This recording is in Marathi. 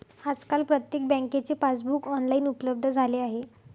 आजकाल प्रत्येक बँकेचे पासबुक ऑनलाइन उपलब्ध झाले आहे